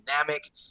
dynamic